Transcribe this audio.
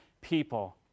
people